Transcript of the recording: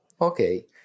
Okay